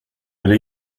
ville